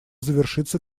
завершиться